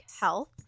health